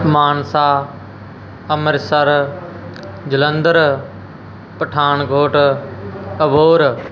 Mansa Amritsar Jalandhar Pathankot Abohar